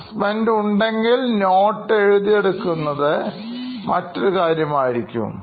അസൈമെൻറ്ഉണ്ടെങ്കിൽ Notes എഴുതി എടുക്കുന്നത് മറ്റൊരുകാര്യം ആയിരിക്കും